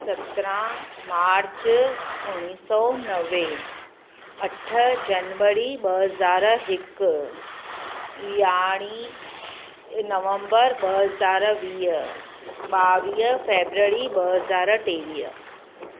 सत्रहं मार्च उणिवीह सौ नवे अठ जनवरी ॿ हज़ार हिकु यारहीं नवंबर ॿ हज़ार वीह ॿावीह फेबररी ॿ हज़ार टेवीह